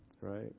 right